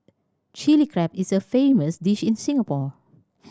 Chilli Crab is a famous dish in Singapore